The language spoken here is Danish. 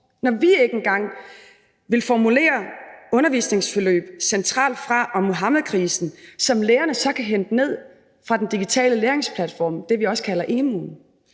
når vi ikke engang centralt fra vil formulere undervisningsforløb om Muhammedkrisen, som lærerne så kan hente ned fra den digitale læringsplatform, det, vi også kalder emu.dk.